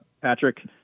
Patrick